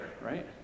right